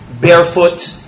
barefoot